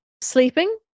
sleeping